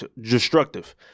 destructive